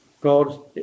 God